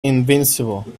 invincible